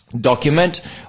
document